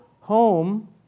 home